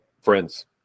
friends